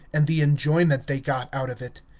and the enjoyment they got out of it.